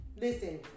listen